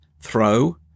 throw